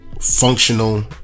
functional